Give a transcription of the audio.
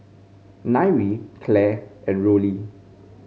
Nyree Clair and Rollie